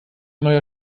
neuer